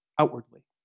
outwardly